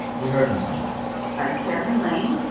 we heard from someone i'm cameron lane,